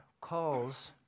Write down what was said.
calls